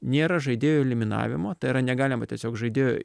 nėra žaidėjų eliminavimo tai yra negalima tiesiog žaidėjo